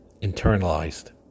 internalized